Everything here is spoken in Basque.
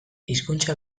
hizkuntza